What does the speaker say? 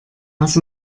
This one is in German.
lass